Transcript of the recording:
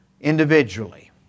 individually